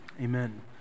Amen